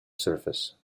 surface